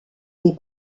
des